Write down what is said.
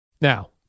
Now